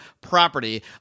property